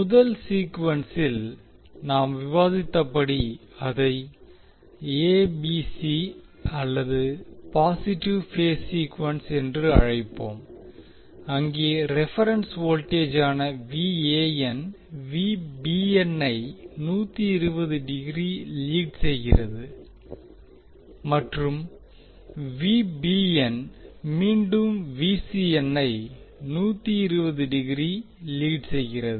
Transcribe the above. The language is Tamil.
முதல் சீக்குவென்சில் நாம் விவாதித்தபடி அதை எ பி சி அல்லது பாசிட்டிவ் பேஸ் சீக்குவென்ஸ் என்று அழைப்போம் அங்கே ரெபெரென்ஸ் வோல்டேஜான ஐ 120 டிகிரி லீட் செய்கிறது மற்றும் மீண்டும் ஐ 120 டிகிரி லீட் செய்கிறது